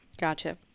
gotcha